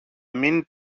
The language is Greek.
μην